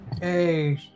Hey